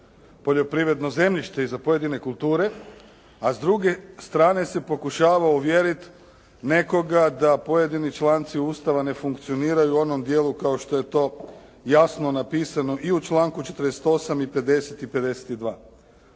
poljoprivredno zemljište i za pojedine kulture a s druge strane se pokušava uvjeriti nekoga da pojedini članci Ustava ne funkcioniraju u onom djelu kao što je to jasno napisano i u članku 48. i 50. i 52.